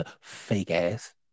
Fake-ass